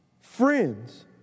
friends